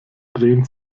drehen